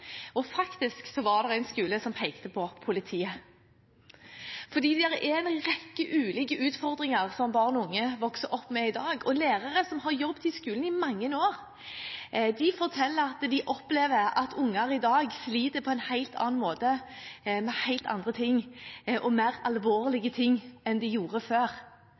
og faktisk var det en skole som pekte på politiet. Det er en rekke ulike utfordringer som barn og unge vokser opp med i dag. Lærere som har jobbet i skolen i mange år, forteller at de opplever at barn i dag sliter på en helt annen måte, med helt andre og mer alvorlige ting enn de gjorde før.